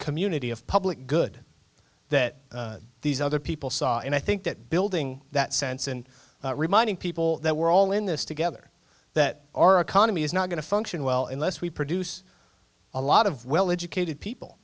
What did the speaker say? community of public good that these other people saw and i think that building that sense and reminding people that we're all in this together that our economy is not going to function well in less we produce a lot of well educated people